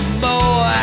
boy